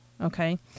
Okay